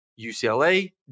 UCLA